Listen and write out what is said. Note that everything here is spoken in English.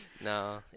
No